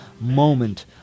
moment